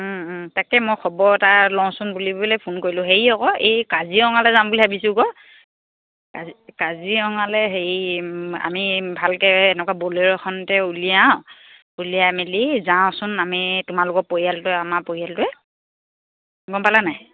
তাকে মই খবৰ এটা লওঁচোন বুলিবলৈ ফোন কৰিলোঁ হেৰি আকৌ এই কাজিৰঙালৈ যাম বুলি ভাবিছোঁ ক কাজি কাজিৰঙালৈ হেৰি আমি ভালকৈ এনেকুৱা বলেৰ' এখনতে উলিয়াও উলিয়াই মেলি যাওঁচোন আমি তোমালোকৰ পৰিয়ালটোৱে আমাৰ পৰিয়ালটোৱে গম পালা নাই